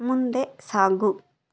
ಮುಂದೆ ಸಾಗು